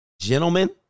Gentlemen